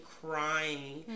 crying